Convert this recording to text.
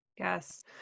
Yes